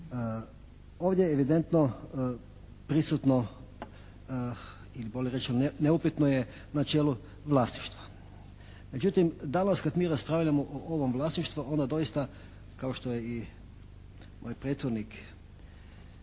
Ovdje je evidentno prisutno ili bolje rečeno neupitno je načelo vlasništva. Međutim danas kad mi raspravljamo o ovom vlasništvu onda doista kao što je i moj prethodnik